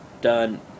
done